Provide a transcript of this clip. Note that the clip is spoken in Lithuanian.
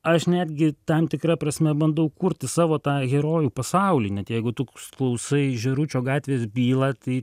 aš netgi tam tikra prasme bandau kurti savo tą herojų pasaulį net jeigu tu klausai žėručio gatvės bylą tai